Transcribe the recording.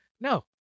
no